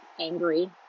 angry